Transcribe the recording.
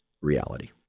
reality